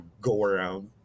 go-around